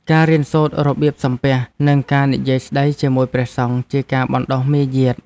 ការរៀនសូត្ររបៀបសំពះ និងការនិយាយស្តីជាមួយព្រះសង្ឃ ជាការបណ្តុះមារយាទ។